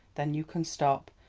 then you can stop.